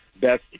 best